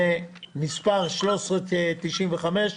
מ/1395,